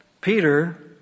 Peter